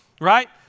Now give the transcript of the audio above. right